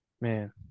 Man